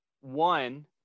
One